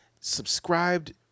subscribed